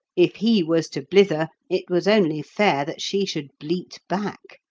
if he was to blither, it was only fair that she should bleat back.